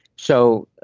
so